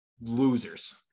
losers